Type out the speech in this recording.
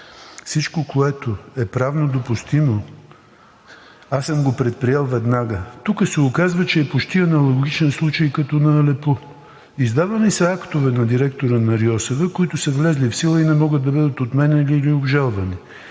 всичко, което е правно допустимо, аз съм го предприел веднага. Тук се оказва, че е почти аналогичен случай като на Алепу. Издавани са актове на директора на РИОСВ, които са влезли в сила и не могат да бъдат отменяни или обжалвани,